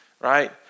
right